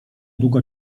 długo